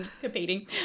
competing